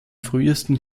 frühesten